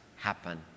happen